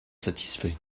satisfait